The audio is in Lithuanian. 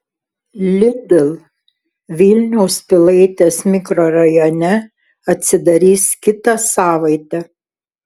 lidl vilniaus pilaitės mikrorajone atsidarys kitą savaitę